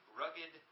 rugged